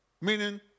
meaning